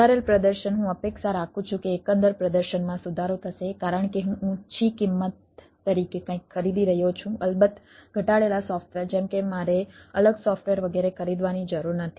સુધારેલ પ્રદર્શન હું અપેક્ષા રાખું છું કે એકંદર પ્રદર્શનમાં સુધારો થશે કારણ કે હું ઊંચી કિંમત તરીકે કંઈક ખરીદી રહ્યો છું અલબત્ત ઘટાડેલા સોફ્ટવેર જેમ કે મારે અલગ સોફ્ટવેર વગેરે ખરીદવાની જરૂર નથી